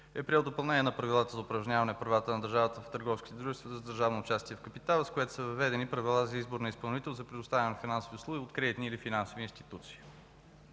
е приел допълнение на правилата за реда за упражняване правата на държавата в търговските дружества с държавно участие в капитала, с което са въведени правила за избор на изпълнител за предоставяне на финансови услуги от кредитни или финансови институции.